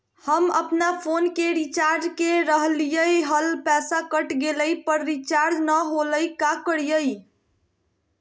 हम अपन फोन के रिचार्ज के रहलिय हल, पैसा कट गेलई, पर रिचार्ज नई होलई, का करियई?